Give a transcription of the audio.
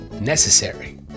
necessary